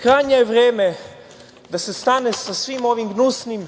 Krajnje je vreme da se stane sa svim ovim gnusnim